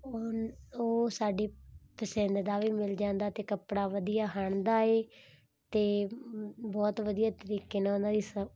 ਉਹਨ ਉਹ ਸਾਡੀ ਪਸੰਦ ਦਾ ਵੀ ਮਿਲ ਜਾਂਦਾ ਅਤੇ ਕੱਪੜਾ ਵਧੀਆ ਹੰਢਦਾ ਹੈ ਅਤੇ ਬਹੁਤ ਵਧੀਆ ਤਰੀਕੇ ਨਾਲ ਉਹਨਾਂ ਦੀ ਸਬ